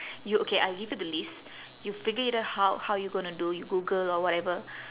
you okay I'll give you the list you figure it how how you going to do you google or whatever